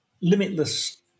limitless